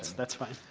that's fine.